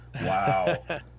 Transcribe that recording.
Wow